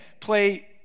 play